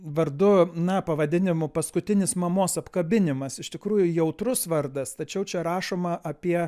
vardu na pavadinimu paskutinis mamos apkabinimas iš tikrųjų jautrus vardas tačiau čia rašoma apie